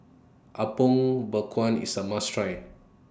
Apom Berkuah IS A must Try